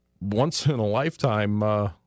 once-in-a-lifetime